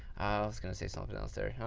was going to say something else there.